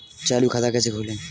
चालू खाता कैसे खोलें?